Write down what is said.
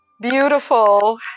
beautiful